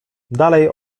dalej